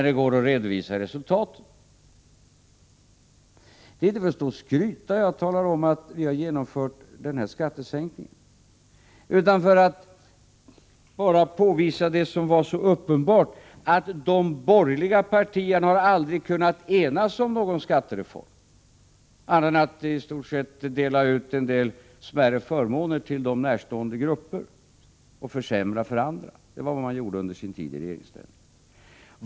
Det är inte för att stå här och skryta som jag talar om att vi har genomfört den här skattesänkningen, utan för att påvisa det som var så uppenbart — att de borgerliga partierna aldrig har kunnat enas om någon skattereform, annat än att dela ut en del smärre förmåner till närstående grupper och försämra för andra, som var vad man gjorde under sin tid i regeringsställning.